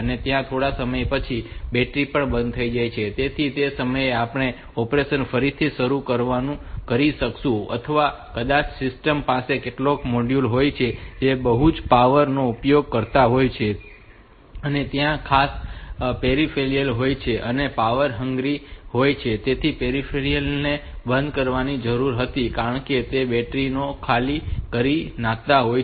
અને ત્યાં થોડા સમય પછી બેટરી પણ બંધ થઈ જશે તેથી તે સમયે આપણે ઑપરેશન ફરીથી શરૂ કરી શકીશું અથવા કદાચ સિસ્ટમ પાસે કેટલાક મોડ્યુલ હોય છે જે બહુ જ પાવર નો ઉપયોગ કરતા હોય છે અને ત્યાં ખાસ પેરિફેરલ્સ હોય છે જે પાવર હંગ્રી હોય છે અને તે પેરિફેરલ્સ ને બંધ કરવાની જરૂર હતી કારણ કે તેઓ બૅટરી ને પણ ખાલી કરી નાખતા હોય છે